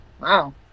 Wow